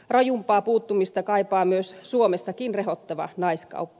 rajumpaa puuttumista kaipaa myös suomessakin rehottava naiskauppa